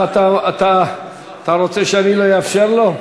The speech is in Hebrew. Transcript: (אומר בערבית: הכול חיבורים.( אתה רוצה שאני לא אאפשר לו?